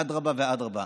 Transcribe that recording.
אדרבה ואדרבה,